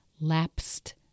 lapsed